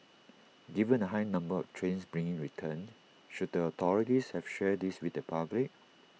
given the high number of trains being returned should the authorities have shared this with the public